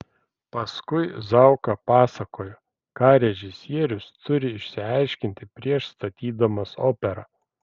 paskui zauka pasakojo ką režisierius turi išsiaiškinti prieš statydamas operą